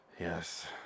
Yes